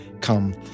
come